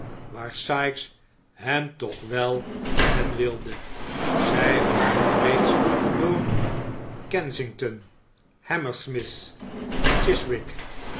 waar sikes hem toch wel brengen wilde zij waren reeds door kensington hammersmith chiswick